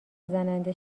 زننده